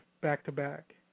back-to-back